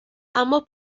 ambos